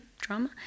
drama